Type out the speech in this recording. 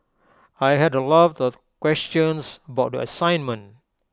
I had A lot of questions about the assignment